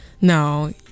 no